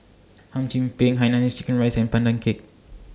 Hum Chim Peng Hainanese Curry Rice and Pandan Cake